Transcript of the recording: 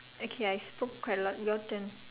okay I spoke quite a lot your turn